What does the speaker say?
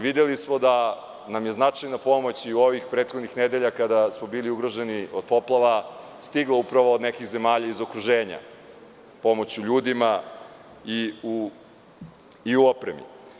Videli smo da nam je značajna pomoć i u ovih prethodnih nedelja, kada smo bili ugroženi od poplava, stigla upravo od nekih zemalja iz okruženja, pomoć u ljudima i u opremi.